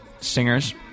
singers